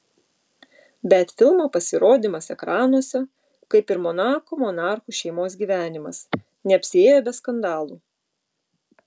bet filmo pasirodymas ekranuose kaip ir monako monarchų šeimos gyvenimas neapsiėjo be skandalų